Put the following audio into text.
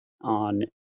on